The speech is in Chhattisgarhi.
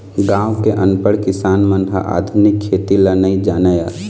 गाँव के अनपढ़ किसान मन ह आधुनिक खेती ल नइ जानय